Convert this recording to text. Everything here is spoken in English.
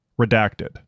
redacted